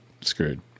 screwed